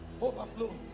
overflow